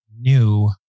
new